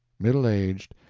middle-aged,